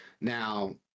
Now